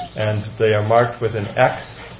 and they are marked with an x.